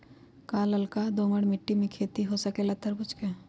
का लालका दोमर मिट्टी में खेती हो सकेला तरबूज के?